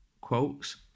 quotes